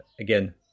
Again